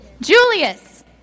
Julius